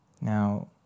Now